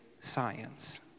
science